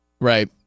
Right